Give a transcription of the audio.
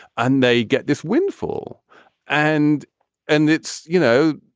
and they get this windfall and and it's, you know,